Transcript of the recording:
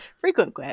frequent